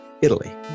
Italy